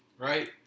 Right